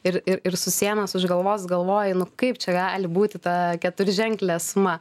ir ir ir susiėmęs už galvos galvoji nu kaip čia gali būti ta keturženklė suma